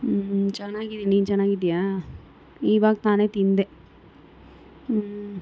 ಹ್ಞೂ ಚೆನ್ನಾಗಿದಿನ್ ನೀನು ಚೆನ್ನಾಗಿದ್ಯಾ ಇವಾಗ ತಾನೇ ತಿಂದೆ ಹ್ಞೂ